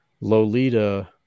Lolita